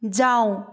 जाऊ